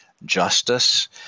justice